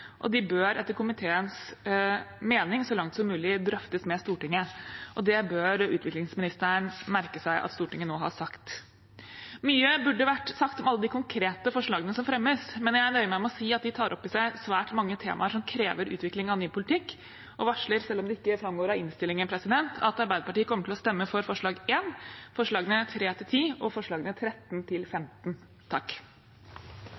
og de bør etter komiteens mening så langt som mulig drøftes med Stortinget. Det bør utviklingsministeren merke seg at Stortinget nå har sagt. Mye burde ha vært sagt om alle de konkrete forslagene som fremmes, men jeg nøyer meg med å si at de tar opp i seg svært mange temaer som krever utvikling av ny politikk, og varsler – selv om det ikke framgår av innstillingen – at Arbeiderpartiet kommer til å stemme for forslag nr. 1, forslagene nr. 3–10 og forslagene